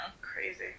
Crazy